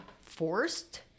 forced